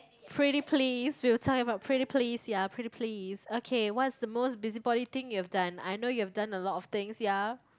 pretty please we'll time out pretty please ya pretty please okay what's the most busybody thing you've done I know you've done a lot of things ya